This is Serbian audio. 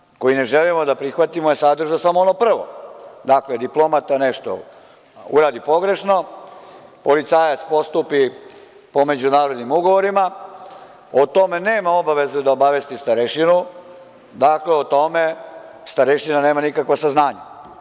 Amandman koji ne želimo da prihvatimo je sadržao samo ono prvo, dakle diplomata nešto uradi pogrešno, a policajac postupi po međunarodnim ugovorima, o tome nema obavezu da obavesti starešinu, dakle, o tome starešina nema nikakva saznanja.